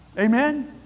Amen